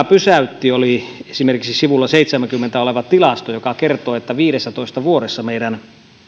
pysäytti oli esimerkiksi sivulla seitsemänkymmentä oleva tilasto joka kertoo että viidessätoista vuodessa meidän